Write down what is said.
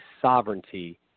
sovereignty